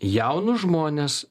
jaunus žmones